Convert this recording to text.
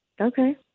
Okay